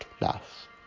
laugh